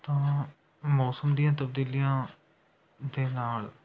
ਤਾਂ ਮੌਸਮ ਦੀਆਂ ਤਬਦੀਲੀਆਂ ਦੇ ਨਾਲ